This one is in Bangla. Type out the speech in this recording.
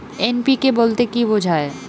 এন.পি.কে বলতে কী বোঝায়?